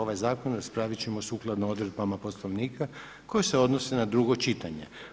Ovaj zakon raspravit ćemo sukladno odredbama Poslovnika koje se odnose na drugo čitanje.